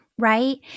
right